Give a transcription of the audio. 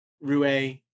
Rue